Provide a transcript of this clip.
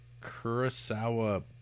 kurosawa